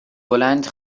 بلند